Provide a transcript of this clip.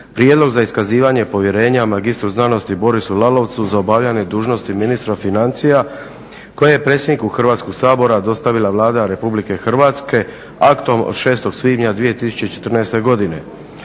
prijedlog za iskazivanje povjerenja magistru znanosti Borisu Lalovcu za obavljanje dužnosti ministra financija koje je predsjedniku Hrvatskog sabora dostavila Vlada RH, aktom od 06. svibnja 2014. godine.